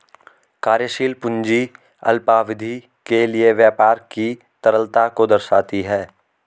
कार्यशील पूंजी अल्पावधि के लिए व्यापार की तरलता को दर्शाती है